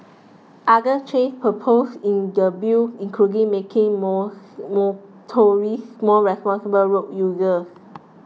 other change propose in the Bill including making motorists more responsible road users